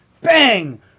bang